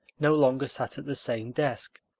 no longer sat at the same desk,